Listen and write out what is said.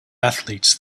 athletes